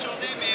בשונה מהן,